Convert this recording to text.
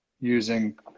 using